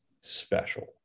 special